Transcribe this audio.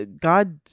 God